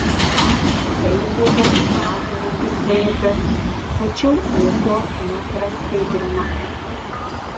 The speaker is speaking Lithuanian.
tai buvo jaudinantis vaizdas tačiau ūpo nepraskaidrino